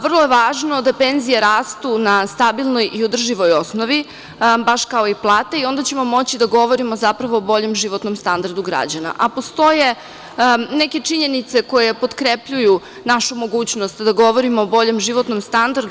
Vrlo je važno da penzije rastu na stabilnoj i održivoj osnovi, baš kao i plate i onda ćemo moći da govorimo zapravo o boljem životnom standardu građana, a postoje neke činjenice koje potkrepljuju našu mogućnost kad govorimo o boljem životnom standardu.